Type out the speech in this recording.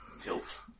Tilt